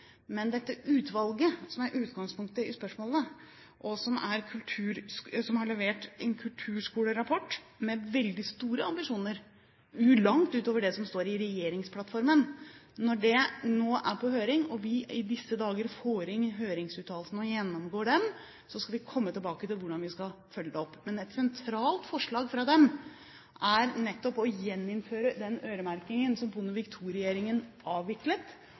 Men dette utvalget, som er utgangspunktet i spørsmålet, har levert en kulturskolerapport med veldig store ambisjoner, langt utover det som står i regjeringsplattformen. Dette er nå på høring, og vi får i disse dager inn høringsuttalelsene. Når vi har gjennomgått dem, skal vi komme tilbake til hvordan vi skal følge det opp. Men et sentralt forslag fra dem er nettopp å gjeninnføre den øremerkingen som Bondevik II-regjeringen avviklet,